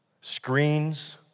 screens